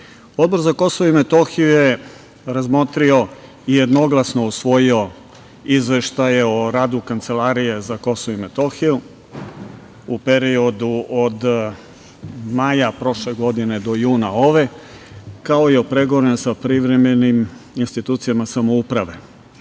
Odbor za Kosovo i Metohiju je razmotrio i jednoglasno usvojio izveštaje o radu Kancelarije za Kosovo i Metohiju u periodu od maja prošle godine do juna ove, kao i o pregovorima sa privremenim institucijama samouprave. Iskoristio